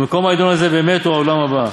ומקום העידון הזה באמת הוא העולם הבא,